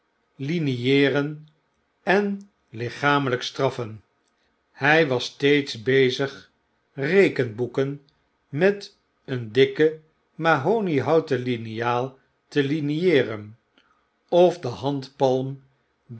linieeren en lichamelyk straffen hy was steeds bezig rekenboeken met een dikke mahoniehouten liniaalte linieeren of de handpam